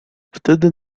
wtedy